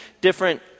different